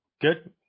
Good